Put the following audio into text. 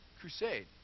crusade